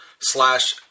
slash